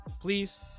please